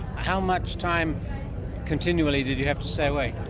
how much time continually did you have to stay awake?